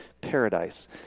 paradise